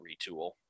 retool